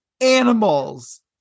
animals